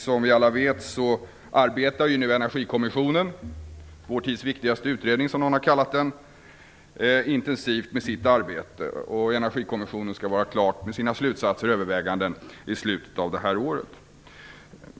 Som vi alla vet arbetar nu Energikommissionen - vår tids viktigaste utredning, som någon har kallat den - intensivt med sitt arbete. Energikommissionen skall vara klar med sina slutsatser och överväganden i slutet av detta år.